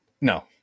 No